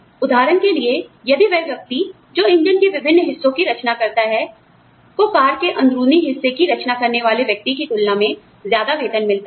उदाहरण के लिए यदि वह व्यक्ति जो इंजन के विभिन्न हिस्सों की रचना करता है को कार के अंदरूनी हिस्से की रचना करने वाले व्यक्ति की तुलना में ज्यादा वेतन मिलता है